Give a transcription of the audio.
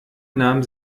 nahm